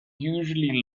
unusually